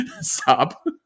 Stop